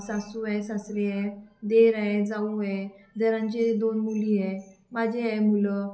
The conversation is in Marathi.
सासू आहे सासरे आहे दिर आहे जाऊ आहे दिरांचे दोन मुली आहे माझे आहे मुलं